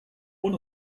one